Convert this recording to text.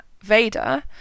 Vader